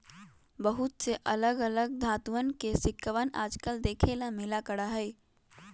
बहुत से अलग अलग धातुंअन के सिक्कवन आजकल देखे ला मिला करा हई